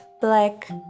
black